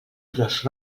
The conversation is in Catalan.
gros